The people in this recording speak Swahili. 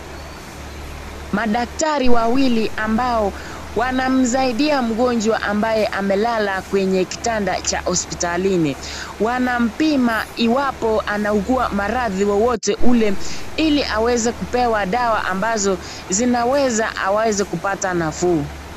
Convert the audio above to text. Madaktari wawili ambao wanamsaidia mgonjwa ambaye amelala kwenye kitanda cha hospitalini. Wanampima iwapo augua maradhi ya wowote ule ili aweze kupewa dawa ambazo zinaweza aweze kupata nafuu.